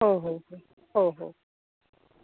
हो हो हो हो हो